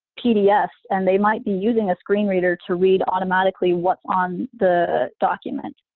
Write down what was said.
pdfs, and they might be using a screen reader to read automatically what's on the document,